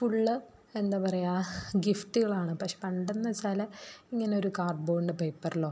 full എന്താ പറയുക ഗിഫ്റ്റുകളാണ് പക്ഷേ പണ്ടെന്നു വെച്ചാൽ ഇങ്ങനൊരു കാർഡ് ബോർഡിൻ്റെ പേപ്പറിലോ